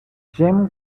jim